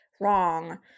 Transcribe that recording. wrong